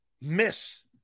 miss